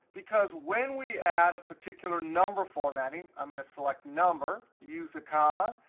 because when we add a particular number formatting i'm going to select number, use a comma,